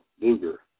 Luger